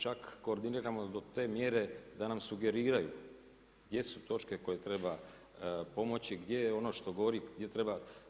Čak koordiniramo zbog te mjere da nam sugeriraju gdje su točke koje treba pomoći, gdje je ono što gori, gdje treba.